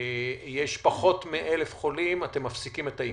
יש פחות מ-1,000 חולים אתם מפסיקים את האיכון,